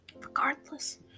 Regardless